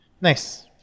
Nice